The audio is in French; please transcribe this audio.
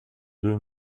deux